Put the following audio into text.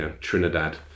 Trinidad